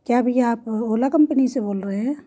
क्या भैया आप ओला कंपनी से बोल रहे हैं